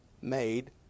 made